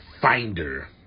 finder